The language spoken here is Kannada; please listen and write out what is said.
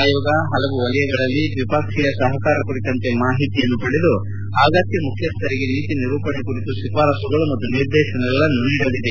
ಆಯೋಗ ಹಲವು ವಲಯಗಳಲ್ಲಿ ದ್ವಿಪಕ್ಷೀಯ ಸಹಕಾರ ಕುರಿತಂತೆ ಮಾಹಿತಿಯನ್ನು ಪಡೆದು ಅಗತ್ಯ ಮುಖ್ಯಸ್ಥರಿಗೆ ನೀತಿ ನಿರೂಪಣೆ ಕುರಿತು ಶಿಫಾರಸುಗಳು ಮತ್ತು ನಿರ್ದೇಶನಗಳನ್ನು ನೀಡಲಿದೆ